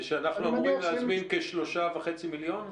ושאנחנו אמורים להזמין כ-3.5 מיליון?